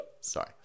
sorry